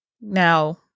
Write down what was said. Now